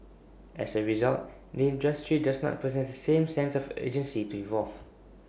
as A result the industry does not possess the same sense of agency to evolve